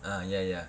ah ya ya